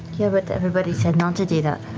yeah, but everybody said not to do that.